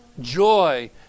Joy